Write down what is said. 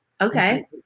okay